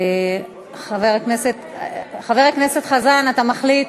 חבר הכנסת חזן, אתה מחליט?